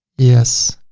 yes.